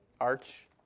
Arch